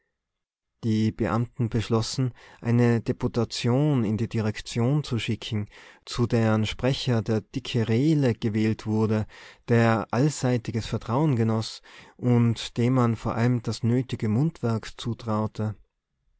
die beamten beschlossen eine deputation in die direktion zu schicken zu deren sprecher der dicke rehle gewählt wurde der allseitiges vertrauen genoß und dem man vor allem das nötige mundwerk zutraute